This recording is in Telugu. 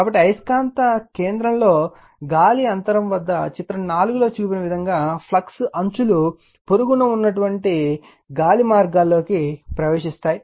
కాబట్టి అయస్కాంత కేంద్రం లో గాలి అంతరం వద్ద చిత్రం 4 లో చూపిన విధంగా ఫ్లక్స్ అంచులు పొరుగున ఉన్న వాయు మార్గాల్లోకి ప్రవేశిస్తాయి